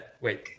Wait